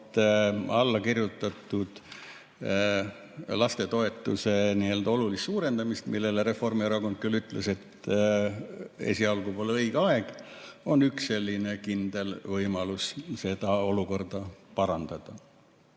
alla kirjutatud lastetoetuse oluline suurendamine, mille kohta Reformierakond küll ütles, et esialgu pole õige aeg, on üks kindel võimalus seda olukorda parandada.